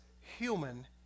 human